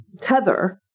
tether